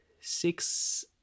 six